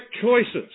choices